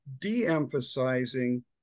de-emphasizing